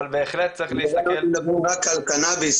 אבל בהחלט צריך להסתכל --- אל תדברו רק על קנאביס,